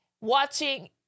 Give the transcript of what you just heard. watching